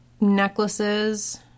necklaces –